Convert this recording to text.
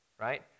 right